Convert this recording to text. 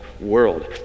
world